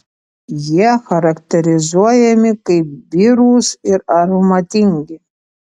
jie charakterizuojami kaip birūs ir aromatingi